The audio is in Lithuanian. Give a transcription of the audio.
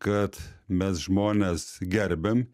kad mes žmones gerbiam